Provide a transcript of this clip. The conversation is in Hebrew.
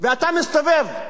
ואתה מסתובב,